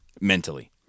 mentally